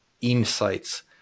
insights